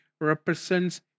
represents